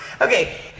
Okay